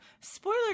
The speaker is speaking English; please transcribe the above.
Spoiler